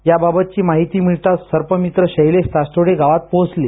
याबाबतची माहिती मिळताच सर्पमित्र शैलेश तासतोडे गावात पोहचले